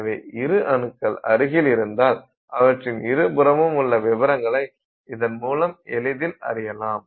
எனவே இரு அணுக்கள் அருகில் இருந்தால் அவற்றின் இருபுறமும் உள்ள விபரங்களை இதன் மூலம் எளிதில் அறியலாம்